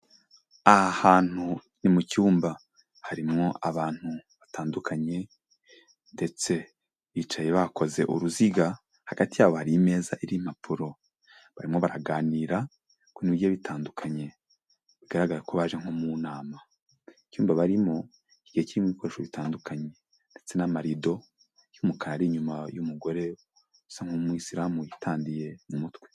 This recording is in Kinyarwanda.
Aha hantu ni mu cyumba. Harimo abantu batandukanye ndetse bicaye bakoze uruziga, hagati yabo hari imeza iriho impapuro. Barimo baraganira ku bintu bigiye bitandukanye. Bigaragara ko baje nko mu nama. Icyumba barimo kigiye kirimo ibikoresho bitandukanye ndetse n'amarido y'umukara ari inyuma y'umugore usa nk'umuyisilamu witandiye mu mutwe.